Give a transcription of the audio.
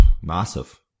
massive